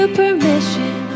permission